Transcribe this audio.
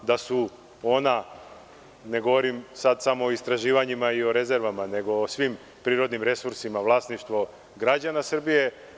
Da su ona, ne govorim sada samo o istraživanjima i rezervama, nego o svim prirodnim resursima, da su ona vlasništvo građana Srbije.